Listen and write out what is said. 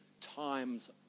times